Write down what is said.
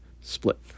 split